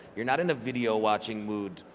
you're not in a video watching mood,